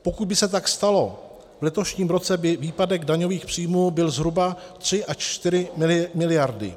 Pokud by se tak stalo, v letošním roce by výpadek daňových příjmů byl zhruba 3 až 4 miliardy.